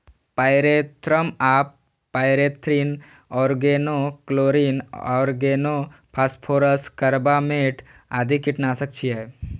pyrethrum आ pyrethrin, organochlorine, organophosphorus, carbamate आदि कीटनाशक छियै